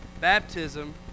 Baptism